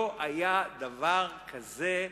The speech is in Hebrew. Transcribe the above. לא היה דבר כזה,